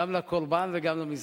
גם לקורבן וגם למזרחים.